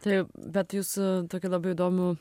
taip bet jūs tokiu labai įdomiu